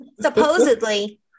supposedly